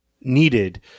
needed